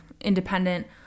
independent